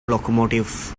locomotives